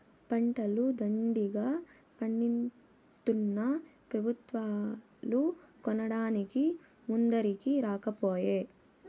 పంటలు దండిగా పండితున్నా పెబుత్వాలు కొనడానికి ముందరికి రాకపోయే